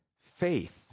faith